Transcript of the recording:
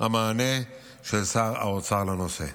המענה של שר האוצר בנושא,